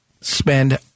spend